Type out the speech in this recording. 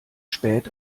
spät